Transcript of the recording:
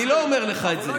אני לא אומר לך את זה.